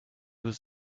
was